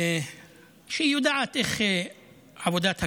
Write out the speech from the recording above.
שיודעת איך עובדת הכנסת.